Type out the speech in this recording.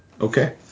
Okay